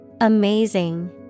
Amazing